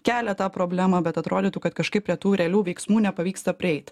kelia tą problemą bet atrodytų kad kažkaip prie tų realių veiksmų nepavyksta prieit